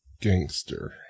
Gangster